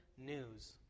news